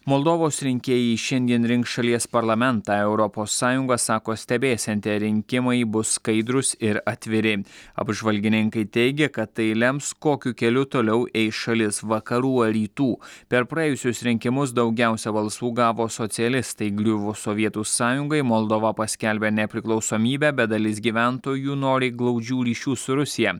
moldovos rinkėjai šiandien rinks šalies parlamentą europos sąjunga sako stebėsianti rinkimai bus skaidrūs ir atviri apžvalgininkai teigia kad tai lems kokiu keliu toliau eis šalis vakarų ar rytų per praėjusius rinkimus daugiausiai balsų gavo socialistai griuvus sovietų sąjungai moldova paskelbė nepriklausomybę bet dalis gyventojų nori glaudžių ryšių su rusija